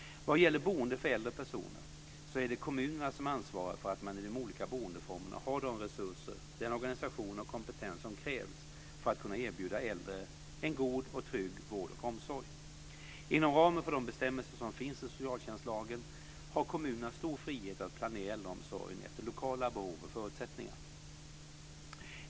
Vad gäller boende för äldre personer är det kommunerna som ansvarar för att man i de olika boendeformerna har de resurser, den organisation och den kompetens som krävs för att kunna erbjuda äldre en god och trygg vård och omsorg. Inom ramen för de bestämmelser som finns i socialtjänstlagen har kommunerna stor frihet att planera äldreomsorgen efter lokala behov och förutsättningar.